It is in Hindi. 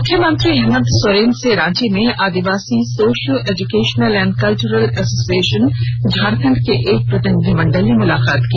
मुख्यमंत्री हेमन्त सोरेन से रांची में आदिवासी socio educational and cultural association Jharkhand के एक प्रतिनिधिमंडल ने मुलाकात की